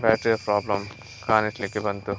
ಬ್ಯಾಟ್ರಿಯ problem ಕಾಣಿಸಲಿಕ್ಕೆ ಬಂತು